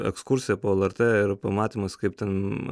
ekskursija po lrt ir pamatymas kaip ten